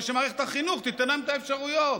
ושמערכת החינוך תיתן להם את האפשרויות.